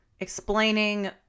explaining